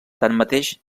tanmateix